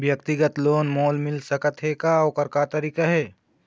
व्यक्तिगत लोन मोल मिल सकत हे का, ओकर का तरीका हे?